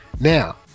Now